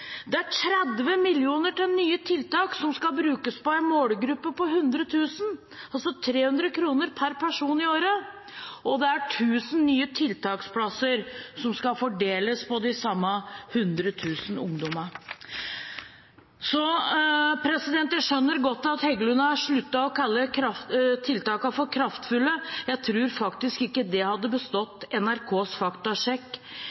Det er 30 mill. kr til nye tiltak som skal brukes på en målgruppe på 100 000, altså 300 kr per person i året, og det er 1 000 nye tiltaksplasser som skal fordeles på de samme 100 000 ungdommene. Jeg skjønner godt at representanten Heggelund har sluttet å kalle tiltakene for kraftfulle, jeg tror faktisk ikke det hadde